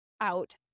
out